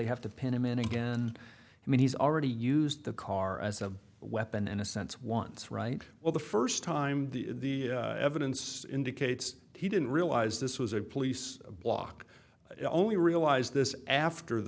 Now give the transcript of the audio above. have to pin him in again and he's already used the car as a weapon in a sense once right well the first time the evidence indicates he didn't realize this was a police block i only realized this after the